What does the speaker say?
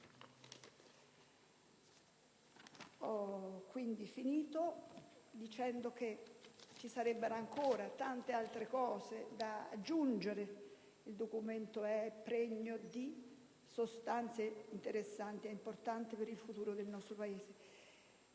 il Sud c'è, piccolo piccolo. Ci sarebbero ancora tante altre cose da aggiungere. Il Documento è pregno di sostanze interessanti ed importanti per il futuro del nostro Paese,